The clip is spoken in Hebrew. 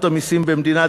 השעה מאוחרת ואקצר בדברי.